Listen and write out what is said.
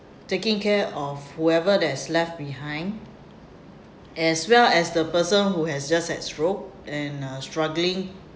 taking care of whoever that's left behind as well as the person who has just had stroke and are struggling